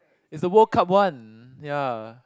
it's the World Cup one ya